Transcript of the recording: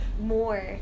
more